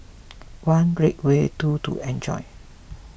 one great way two to enjoy